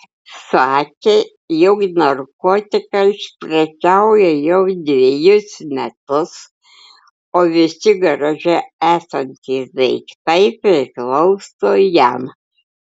sakė jog narkotikais prekiauja jau dvejus metus o visi garaže esantys daiktai priklauso jam